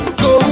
go